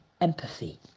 empathy